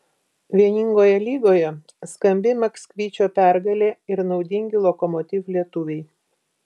vieningoje lygoje skambi maksvyčio pergalė ir naudingi lokomotiv lietuviai